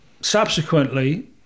subsequently